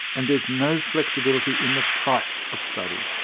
and there is no flexibility in the price of study.